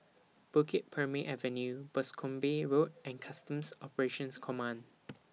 Bukit Purmei Avenue Boscombe Road and Customs Operations Command